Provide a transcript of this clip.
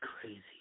crazy